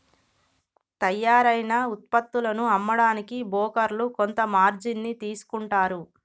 తయ్యారైన వుత్పత్తులను అమ్మడానికి బోకర్లు కొంత మార్జిన్ ని తీసుకుంటారు